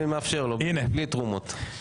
מתן אישור בידי תברואן מה זה אומר?